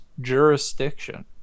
jurisdiction